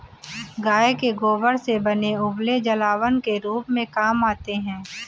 गाय के गोबर से बने उपले जलावन के रूप में काम आते हैं